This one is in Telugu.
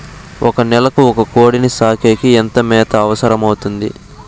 ఒక నెలకు ఒక కోడిని సాకేకి ఎంత మేత అవసరమవుతుంది?